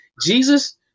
Jesus